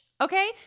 okay